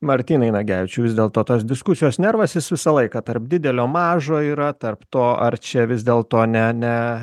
martynai nagevičiau vis dėl to tos diskusijos nervas jis visą laiką tarp didelio mažo yra tarp to ar čia vis dėlto ne ne